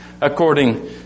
according